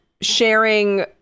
sharing